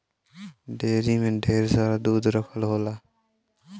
dairy में ढेर सारा दूध रखल होला